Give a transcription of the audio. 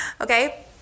Okay